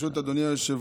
ברשות אדוני היושב-ראש,